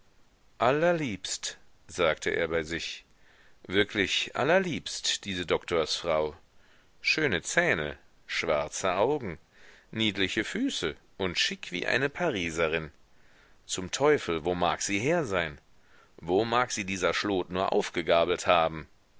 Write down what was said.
allerliebst sagte er bei sich wirklich allerliebst diese doktorsfrau schöne zähne schwarze augen niedliche füße und schick wie eine pariserin zum teufel wo mag sie her sein wo mag sie dieser schlot nur aufgegabelt haben